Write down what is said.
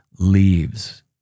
leaves